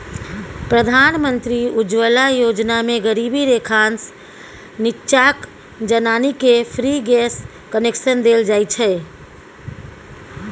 प्रधानमंत्री उज्जवला योजना मे गरीबी रेखासँ नीच्चाक जनानीकेँ फ्री गैस कनेक्शन देल जाइ छै